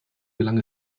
gelang